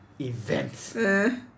Event